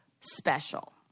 special